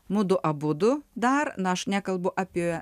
mudu abudu dar na aš nekalbu apie